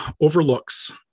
overlooks